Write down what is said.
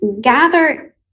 gather